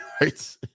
Right